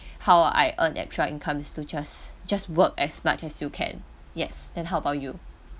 how I earn extra income is to just just work as much as you can yes then how about you